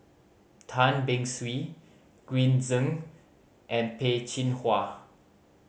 Tan Beng Swee Green Zeng and Peh Chin Hua